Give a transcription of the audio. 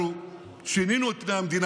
אנחנו שינינו את פני המדינה.